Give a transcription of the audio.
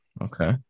okay